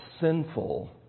sinful